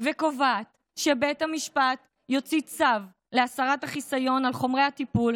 וקובעת שבית המשפט יוציא צו להסרת החיסיון על חומרי הטיפול